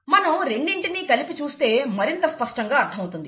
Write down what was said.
మనం రెండింటిని కలిపి చూస్తే మరింత స్పష్టంగా అర్థమవుతుంది